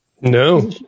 No